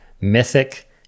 Mythic